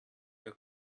your